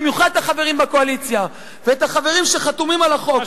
במיוחד את החברים בקואליציה ואת החברים שחתומים על החוק,